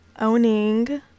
owning